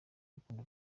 urukundo